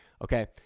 okay